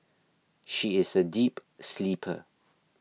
she is a deep sleeper